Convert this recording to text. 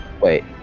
wait